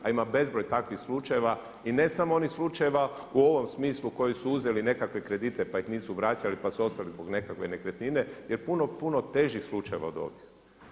A ima bezbroj takvih slučajeva i ne samo oni slučajeva u ovom smislu koji su uzeli nekakve kredite pa ih nisu vraćali pa su ostali zbog nekakve nekretnine je puno, puno težih slučajeva od ovih.